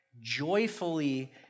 joyfully